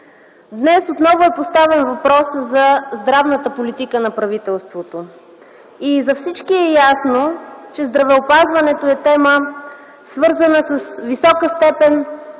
Днес отново е поставен въпросът за здравната политика на правителството. За всички е ясно, че здравеопазването е тема, свързана с висока степен